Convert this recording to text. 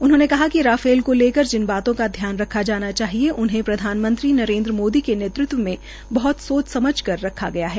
उन्होंने कहा कि राफेल को लेकर जिन बातों का ध्यान रखा जाना चाहिए प्रधानमंत्री नरेन्द्र मोदी के नेतृत्व में बह्त सोच समझ कर रखा गया है